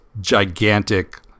gigantic